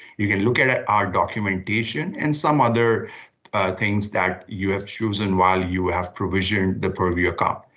you can look at at our documentation and some other things that you have chosen while you have provisioned the purview account.